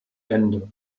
ende